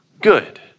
good